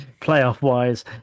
playoff-wise